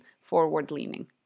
forward-leaning